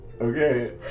Okay